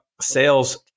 sales